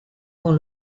con